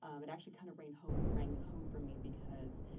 um it actually kind of rang home rang home for me because